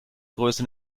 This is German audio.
größe